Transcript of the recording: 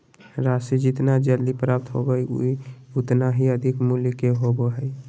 राशि जितना जल्दी प्राप्त होबो हइ उतना ही अधिक मूल्य के होबो हइ